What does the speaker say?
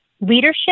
leadership